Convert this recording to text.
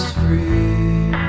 free